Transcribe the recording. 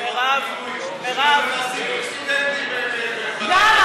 שיכול להעסיק סטודנטים, גם.